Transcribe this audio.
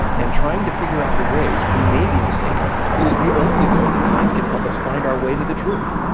and trying to figure out the ways we may be mistaken is the only way that science can help us find our way to the truth,